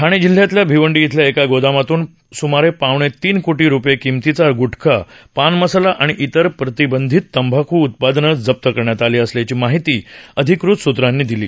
ठाणे जिल्ह्यातल्या भिवंडी इथल्या एका गोदामातून सुमारे पावणेतीन कोटी रुपये किमतीचा ग्टका पान मसाला आणि इतर प्रतिबंधित तंबाखू उत्पादनं जप्त करण्यात आली असल्याची माहिती अधिकत सुत्रांनी आज दिली